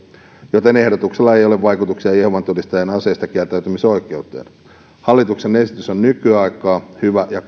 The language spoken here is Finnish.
joten ehdotuksella ei ole vaikutuksia jehovan todistajien aseistakieltäytymisoikeuteen hallituksen esitys on nykyaikaa hyvä ja